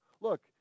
look